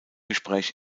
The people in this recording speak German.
gespräch